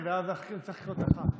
ותסלחו לי על החיקוי,